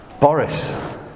Boris